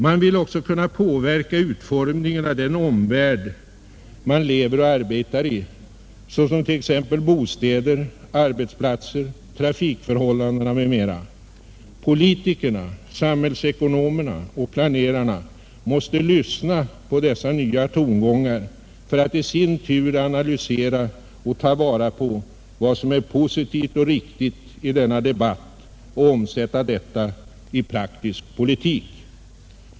Man vill också kunna påverka utformningen av den omvärld man lever och arbetar i, t.ex. bostäder, arbetsplatser och trafikförhållanden. Politikerna, samhällsekonomerna och planerarna måste lyssna på dessa nya tongångar för att i sin tur analysera och ta vara på vad som är positivt och riktigt i denna debatt och omsätta detta i praktisk politik.